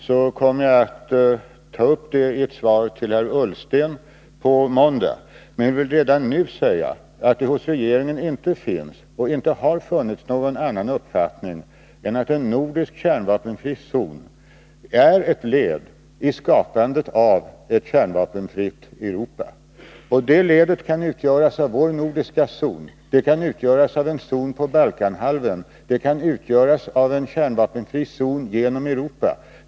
Jag kommer att ta upp det i ett svar till herr Ullsten på måndag, men jag vill redan nu säga att det hos regeringen inte finns, och inte har funnits, någon annan uppfattning än att en nordisk kärnvapenfri zon är ett led i skapandet av ett kärnvapenfritt Europa. Det ledet kan utgöras av vår nordiska zon, av en zon på Balkanhalvön och av en kärnvapenfri zon genom Europa.